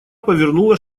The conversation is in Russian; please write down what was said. повернула